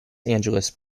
angeles